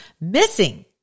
missing